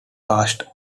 coast